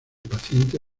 paciente